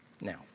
Now